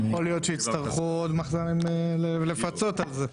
יכול להיות שיצטרכו עוד מחז"מים לפצות על זה.